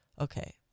Okay